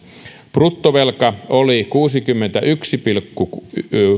bruttovelka oli kuusikymmentäyksi pilkku